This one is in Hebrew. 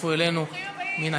שהצטרפו אלינו ביציע.